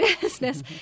business